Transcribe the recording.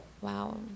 Wow